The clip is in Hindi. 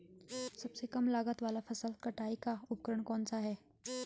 सबसे कम लागत वाला फसल कटाई का उपकरण कौन सा है?